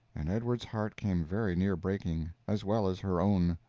and edward's heart came very near breaking, as well as her own.